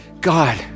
God